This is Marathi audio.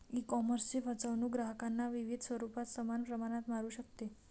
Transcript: ईकॉमर्सची फसवणूक ग्राहकांना विविध स्वरूपात समान प्रमाणात मारू शकते